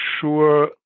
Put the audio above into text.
sure